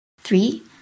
Three